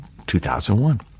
2001